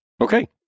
Okay